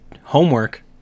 homework